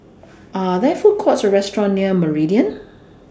Are There Food Courts Or restaurants near Meridian